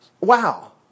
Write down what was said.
Wow